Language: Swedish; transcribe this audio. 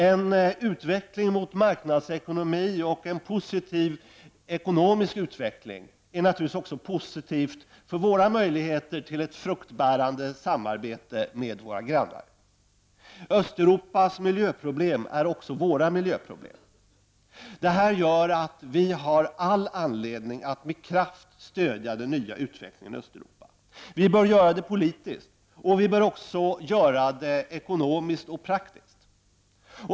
En utveckling mot marknadsekonomi och en positiv ekonomisk utveckling är naturligtvis också positivt för våra möjligheter till ett fruktbärande samarbete med våra grannar. Östeuropas miljöproblem är också våra miljöproblem. Detta medför att vi har all anledning att med kraft stödja den nya utvecklingen i Östeuropa. Vi bör göra det politiskt, och vi bör också göra det ekonomiskt och praktiskt.